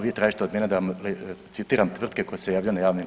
Vi tražite od mene da vam citiram tvrtke koje se javljaju na javni.